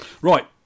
Right